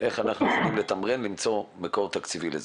איך אנחנו יכולים לתמרן ולמצוא מקור תקציבי לזה.